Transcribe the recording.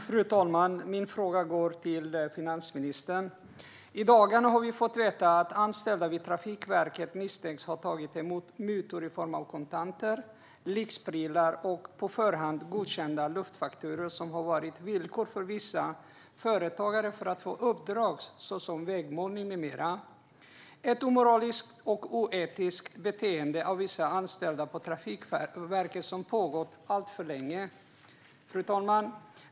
Fru talman! Min fråga går till finansministern. I dagarna har vi fått veta att anställda vid Trafikverket misstänks ha tagit emot mutor i form av kontanter, lyxprylar och på förhand godkända luftfakturor. Det har varit ett villkor för vissa företagare för att få uppdrag såsom vägmålning med mera. Det är ett omoraliskt och oetiskt beteende av vissa anställda på Trafikverket som har pågått alltför länge. Fru talman!